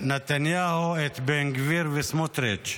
נתניהו את בן גביר וסמוטריץ'.